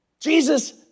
Jesus